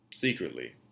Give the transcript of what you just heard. secretly